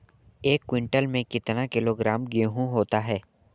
एक क्विंटल में कितना किलोग्राम गेहूँ होता है?